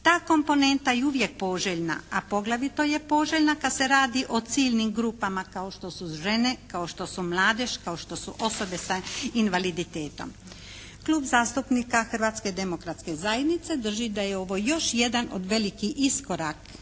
Ta komponenta je uvijek poželjna, a poglavito je poželjna kad se radi o ciljnim grupama kao što su žene, kao što su mladež, kao što su osobe sa invaliditetom. Klub zastupnika Hrvatske demokratske zajednice drži da je ovo još jedan od velikih iskorak